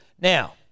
now